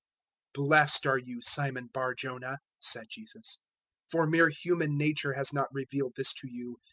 blessed are you, simon bar-jonah, said jesus for mere human nature has not revealed this to you,